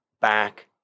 back